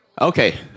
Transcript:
Okay